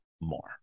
more